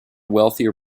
wealthier